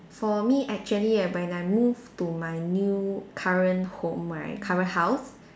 for me actually right when I move to my new current home right current house